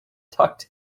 tucked